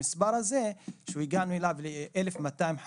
המספר הזה שהגענו אליו, של 1,253,